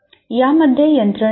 यामध्ये यंत्रणा आहेत